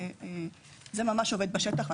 וזה ממש עובד בשטח.